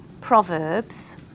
Proverbs